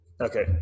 Okay